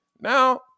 Now